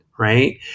Right